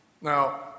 Now